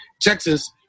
Texas